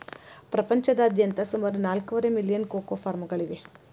ಪ್ರಪಂಚದಾದ್ಯಂತ ಸುಮಾರು ನಾಲ್ಕೂವರೆ ಮಿಲಿಯನ್ ಕೋಕೋ ಫಾರ್ಮ್ಗಳಿವೆ